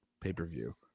pay-per-view